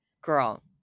Girl